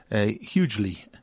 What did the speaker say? hugely